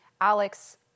Alex